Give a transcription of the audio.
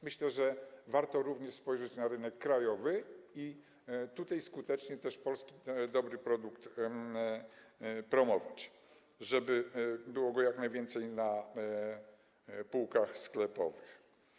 Myślę, że warto również spojrzeć na rynek krajowy i tutaj też skutecznie promować dobry polski produkt, żeby było go jak najwięcej na półkach sklepowych.